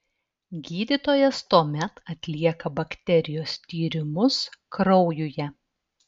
gydytojas tuomet atlieka bakterijos tyrimus kraujuje